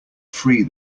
free